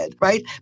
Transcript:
Right